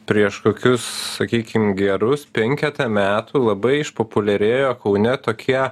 prieš kokius sakykim gerus penketą metų labai išpopuliarėjo kaune tokie